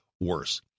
worse